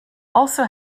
also